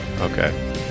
okay